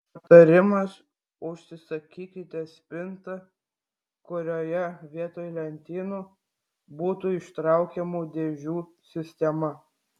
patarimas užsisakykite spintą kurioje vietoj lentynų būtų ištraukiamų dėžių sistema